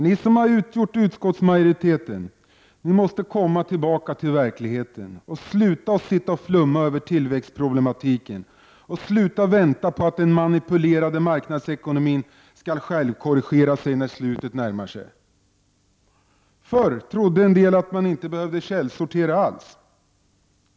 Ni som har utgjort utskottsmajoriteten måste komma tillbaka till verkligheten och sluta att sitta och flumma över tillväxtproblematiken, sluta att vänta på att den manipulerade marknadsekonomin skall självkorrigera sig när slutet närmar sig. Förr trodde en del att man inte behövde källsortera alls.